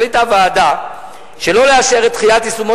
החליטה הוועדה שלא לאשר את דחיית יישומו